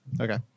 Okay